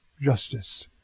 justice